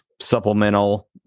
supplemental